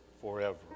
forever